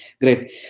great